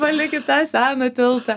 palikit tą seną tiltą